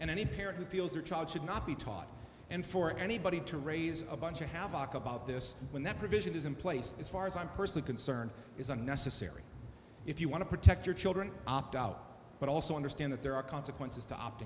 and any parent who feels their child should not be taught and for anybody to raise a bunch of this when that provision is in place as far as i'm personally concerned is unnecessary if you want to protect your children opt out but also understand that there are consequences to